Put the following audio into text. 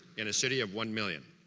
in a city of one million